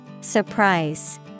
Surprise